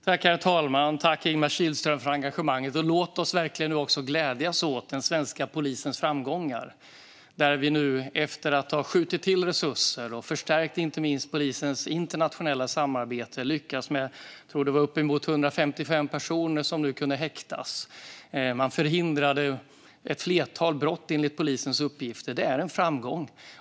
Herr talman! Tack, Ingemar Kihlström, för engagemanget! Låt oss verkligen glädjas åt den svenska polisens framgångar när vi nu, efter att ha skjutit till resurser och förstärkt inte minst polisens internationella samarbete, lyckats med att häkta uppemot 155 personer. Enligt polisens uppgifter förhindrade man ett flertal brott. Detta är en framgång.